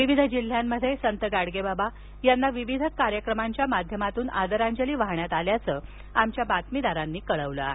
विविध जिल्ह्यांमध्ये संत गाडगेबाबा यांना विविध कार्यक्रमांच्या माध्यमातून आदरांजली वाहण्यात आल्याचं आमच्या बातमीदारांनी कळवलं आहे